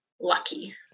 lucky